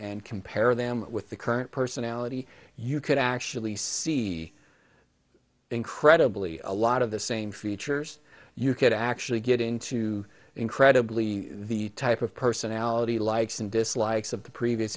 and compare them with the current personality you could actually see incredibly a lot of the same features you could actually get into incredibly the type of personality likes and dislikes of the previous